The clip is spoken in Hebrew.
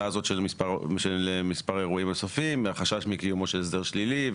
הזאת של מספר אירועים נוספים והחשש מקיומו של הסדר שלילי,